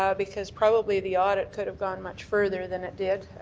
um because probably the audit could have gone much further than it did.